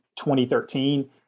2013